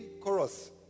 chorus